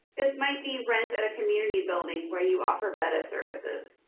this might be rent at a community building where you offer beda services.